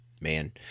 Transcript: Man